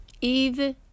Eve